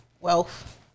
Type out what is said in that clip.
wealth